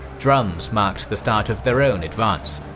drums marked the start of their own advance.